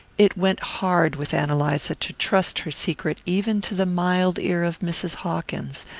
it went hard with ann eliza to trust her secret even to the mild ear of mrs. hawkins,